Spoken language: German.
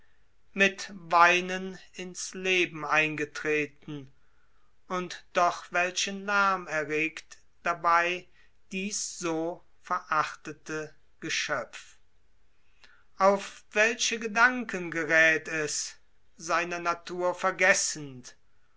mit weinen in's leben eingetreten und doch welchen lärm erregt dabei dieß so verachtete geschöpf auf welche gedanken geräth es seiner natur vergessend